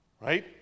Right